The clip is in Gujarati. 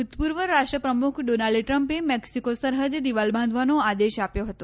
ભૂતપૂર્વ રાષ્ટ્રપ્રમુખ ડોનાલ્ડ ટ્રમ્પે મેકસીકો સરહદે દિવાલ બાંધવાનો આદેશ આપ્યો હતો